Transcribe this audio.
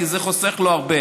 כי זה חוסך לו הרבה.